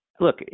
Look